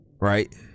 right